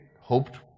hoped